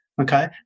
Okay